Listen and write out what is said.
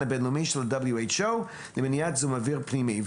הבינלאומי של ה-WHO למניעת זיהום אוויר פנימי.